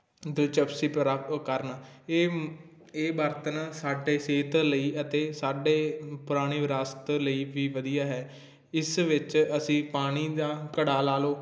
ਦਿਲਚਸਪੀ ਕਰਨ ਇਹ ਇਹ ਬਰਤਨ ਸਾਡੇ ਸਿਹਤ ਲਈ ਅਤੇ ਸਾਡੇ ਪੁਰਾਣੇ ਵਿਰਾਸਤ ਲਈ ਵੀ ਵਧੀਆ ਹੈ ਇਸ ਵਿੱਚ ਅਸੀਂ ਪਾਣੀ ਦਾ ਘੜਾ ਲਾ ਲਓ